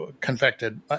confected